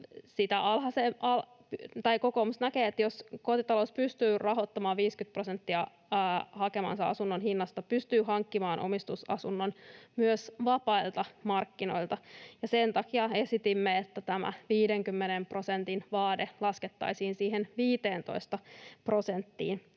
Kokoomus näkee, että jos kotitalous pystyy rahoittamaan 50 prosenttia hakemansa asunnon hinnasta, niin pystyy hankkimaan omistusasunnon myös vapailta markkinoilta, ja sen takia esitimme, että tämä 50 prosentin vaade laskettaisiin siihen 15 prosenttiin.